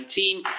2019